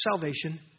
salvation